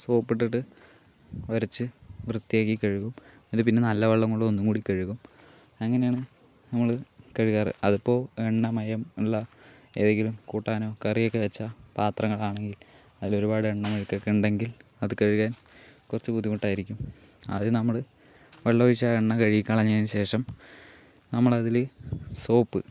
soap ഇട്ടിട്ട് ഉരച്ച് വൃത്തിയാക്കി കഴുകും എന്നിട്ട് പിന്നെ നല്ല വെള്ളം കൊണ്ട് ഒന്നുകൂടി കഴുകും അങ്ങനെയാണ് നമ്മൾ കഴുകാറ് അതിപ്പോൾ എണ്ണമയമുള്ള ഏതെങ്കിലും കൂട്ടാനോ കറിയൊക്കെ വെച്ച പാത്രങ്ങൾ ആണെങ്കിൽ അതിൽ ഒരുപാട് എണ്ണ മെഴുക്ക് ഒക്കെ ഉണ്ടെങ്കിൽ അത് കഴുകാൻ കുറച്ച് ബുദ്ധിമുട്ടായിരിക്കും അത് നമ്മൾ വെള്ളമൊഴിച്ച് ആ എണ്ണ കഴുകിക്കളഞ്ഞതിന് ശേഷം നമ്മൾ അതില് സോപ്പ്